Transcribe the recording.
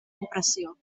impressió